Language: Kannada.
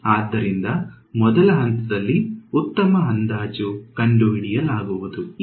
ಆದ್ದರಿಂದ ಮೊದಲ ಹಂತದಲ್ಲಿ ಉತ್ತಮ ಅಂದಾಜು ಕಂಡುಹಿಡಿಯಲಾಗುವುದು